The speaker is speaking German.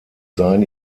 seien